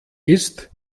ist